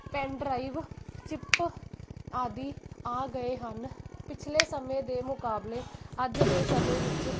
pen drive chip ਆਦਿ ਆ ਗਏ ਹਨ ਪਿਛਲੇ ਸਮੇਂ ਦੇ ਮੁਕਾਬਲੇ ਅੱਜ ਦੇ ਸਮੇਂ ਵਿੱਚ